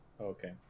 Okay